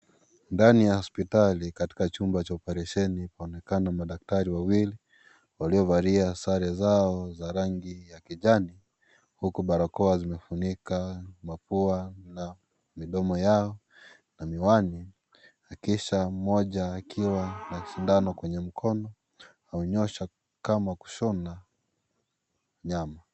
Ndani ya hospitali katika chumba cha operesheni paonekana madaktari wawili, waliovalia sare zao za rangi ya kijani huku barakoa zimefunika mapua na midomo yao, na miwani, kisha moja akiwa na shindano kwenye mkono kaunyosha kama kushona nyama.